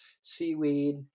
seaweed